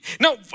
No